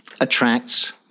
attracts